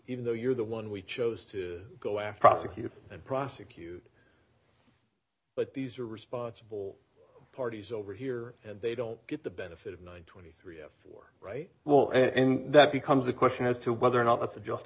even though you're the one we chose to go after atsic you and prosecute but these are responsible parties over here and they don't get the benefit of nine twenty three of four right well and that becomes a question as to whether or not it's a just